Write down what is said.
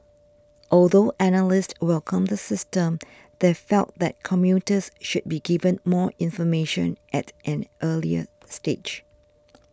although analysts welcomed the system they felt that commuters should be given more information at an earlier stage